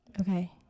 Okay